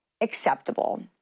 acceptable